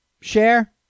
share